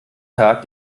tag